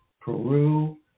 Peru